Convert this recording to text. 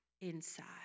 inside